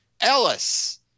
Ellis